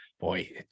boy